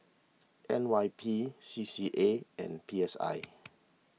N Y P C C A and P S I